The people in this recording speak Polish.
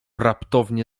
raptownie